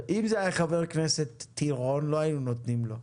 אם זה היה חבר כנסת טירון לא היינו נותנים לו,